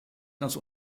das